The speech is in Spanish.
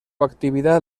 actividad